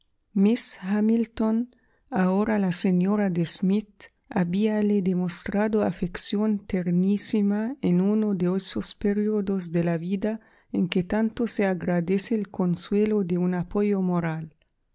hamilton ahora la señora de smith habíale demostrado afección ternísima en uno de esos períodos de la vida en que tanto se agradece el consuelo de un apoyo moral